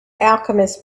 alchemist